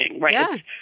right